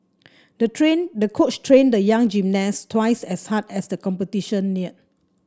the train the coach trained the young gymnast twice as hard as the competition neared